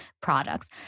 products